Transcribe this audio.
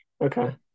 Okay